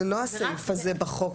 אפשר גם לחשוב על מודל של מרכז,